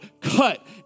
cut